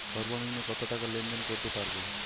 সর্বনিম্ন কত টাকা লেনদেন করতে পারবো?